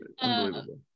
Unbelievable